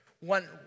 One